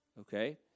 Okay